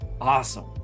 Awesome